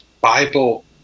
Bible